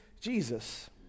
Jesus